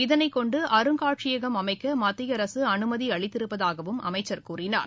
இதனைக் கொண்டு அருங்காட்சியகம் அமைக்க மத்திய அரசு அனுமதி அளித்திரப்பதாகவும் அமைச்சர் கூறினார்